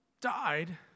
died